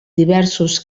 diversos